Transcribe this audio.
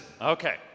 Okay